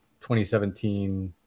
2017